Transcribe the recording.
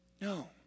No